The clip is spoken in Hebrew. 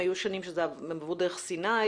היו שנים שהן עברו דרך סיני